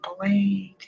blade